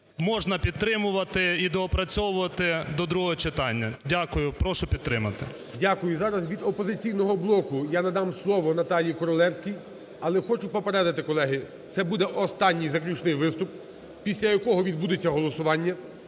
можна підтримувати і доопрацьовувати до другого читання. Дякую. Прошу підтримати. ГОЛОВУЮЧИЙ. Дякую. Зараз від "Опозиційного блоку" я надам слово Наталії Королевській, але, хочу попередити колеги, це буде останній, заключний виступ, після якого відбудеться голосування.